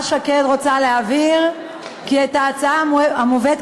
כי אנחנו מנענו